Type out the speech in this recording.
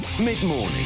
Mid-morning